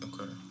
Okay